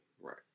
Right